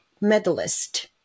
medalist